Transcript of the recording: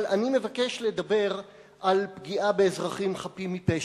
אבל אני מבקש לדבר על פגיעה באזרחים חפים מפשע.